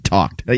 Talked